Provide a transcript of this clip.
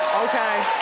okay.